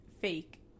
fake